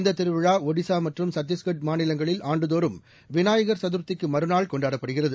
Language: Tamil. இந்தத் திருவிழாஇ ஓடிசா மற்றும் சத்திஸ்கர் மாநிலங்களில்லு ஆண்டுதோறும் வினாயகர் சதுர்த்திக்கு மறுநாள் கொண்டாடப்படுகிறது